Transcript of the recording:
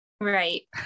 Right